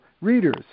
readers